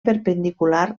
perpendicular